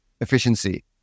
efficiency